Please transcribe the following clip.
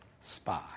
spy